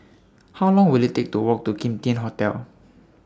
How Long Will IT Take to Walk to Kim Tian Hotel